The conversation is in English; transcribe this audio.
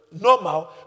normal